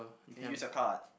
can you use your card